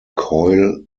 coil